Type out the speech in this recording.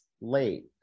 late